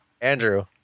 Andrew